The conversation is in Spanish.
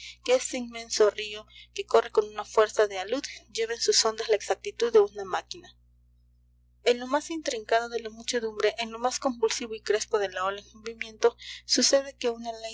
que este inmenso río que corre con una fuerza de alud lleva en sus ondas la exactitud de una máquina en lo más intrincado de la muchedumbre en lo más convulsivo y crespo de la ola en movimiento sucede que